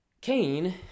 Cain